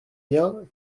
bien